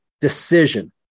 decision